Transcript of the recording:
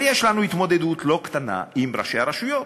ויש לנו התמודדות לא קטנה עם ראשי הרשויות,